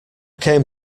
came